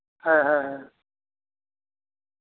ᱦᱮᱸ ᱦᱮᱸ ᱦᱮᱸ